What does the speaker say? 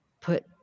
put